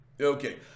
Okay